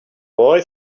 boy